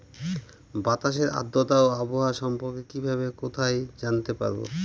বাতাসের আর্দ্রতা ও আবহাওয়া সম্পর্কে কিভাবে কোথায় জানতে পারবো?